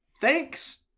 Thanks